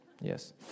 Yes